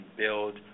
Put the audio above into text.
build